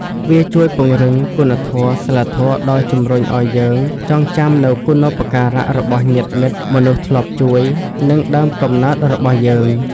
វាជួយពង្រឹងគុណធម៌សីលធម៌ដោយជំរុញឱ្យយើងចងចាំនូវគុណូបការៈរបស់ញាតិមិត្ត មនុស្សធ្លាប់ជួយ និងដើមកំណើតរបស់យើង។